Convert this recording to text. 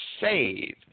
save